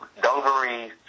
dungaree